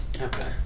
Okay